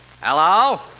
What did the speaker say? Hello